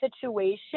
situation